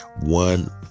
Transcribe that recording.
one